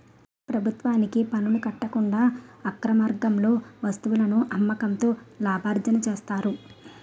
ప్రభుత్వానికి పనులు కట్టకుండా అక్రమార్గంగా వస్తువులను అమ్మకంతో లాభార్జన చేస్తారు